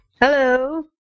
Hello